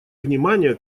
внимание